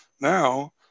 Now